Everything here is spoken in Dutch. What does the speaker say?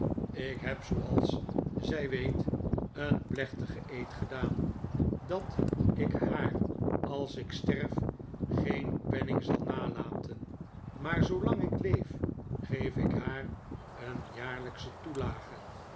ik heb zooals zij weet een plechtigen eed gedaan dat ik haar als ik sterf geen penning zal nalaten maar zoolang ik leef geef ik haar een jaarlijksche toelage